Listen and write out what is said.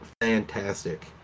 fantastic